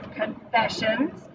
confessions